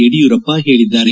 ಯಡಿಯೂರಪ್ಪ ಹೇಳದ್ದಾರೆ